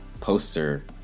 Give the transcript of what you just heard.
poster